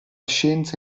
scienza